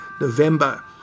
November